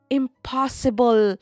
impossible